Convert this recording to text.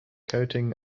coating